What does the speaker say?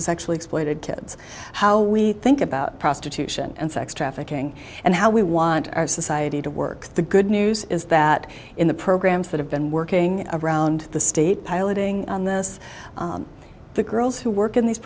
to sexually exploited kids how we think about prostitution and sex trafficking and how we want our society to work the good news is that in the programs that have been working around the state piloting on this the girls who work in these